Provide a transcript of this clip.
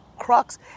Crux